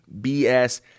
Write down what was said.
BS